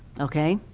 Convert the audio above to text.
okay.